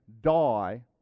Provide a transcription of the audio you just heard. die